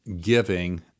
giving